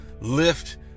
lift